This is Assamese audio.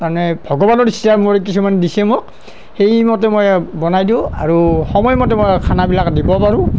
মানে ভগৱানৰ ইচ্ছা মোক কিছুমান দিছে সেইমতে মই বনাই দিওঁ আৰু সময় মতে মই খানাবিলাক দিব পাৰোঁ